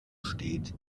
steht